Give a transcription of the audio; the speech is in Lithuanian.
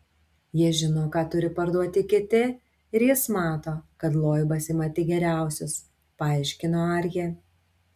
jie žino ką turi parduoti kiti ir jis mato kad loibas ima tik geriausius paaiškino arjė